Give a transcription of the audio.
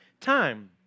time